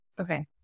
Okay